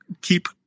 keep